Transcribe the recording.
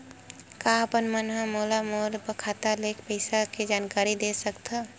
का आप मन ह मोला मोर खाता के पईसा के जानकारी दे सकथव?